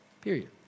period